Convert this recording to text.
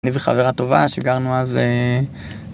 אני וחברה טובה שהכרנו אז אההה